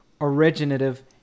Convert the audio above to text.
originative